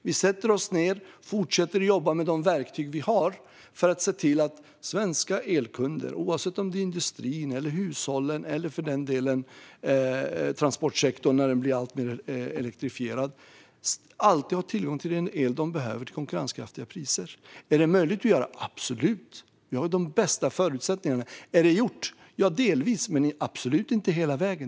Vi sätter oss ned och fortsätter att jobba med de verktyg vi har för att se till att svenska elkunder, oavsett om det är industrin, hushållen eller för den delen transportsektorn, när denna blir alltmer elektrifierad, alltid har tillgång till den el de behöver till konkurrenskraftiga priser. Är det möjligt att göra detta? Absolut! Vi har de bästa förutsättningarna. Är det gjort? Ja, delvis, men absolut inte hela vägen.